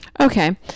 Okay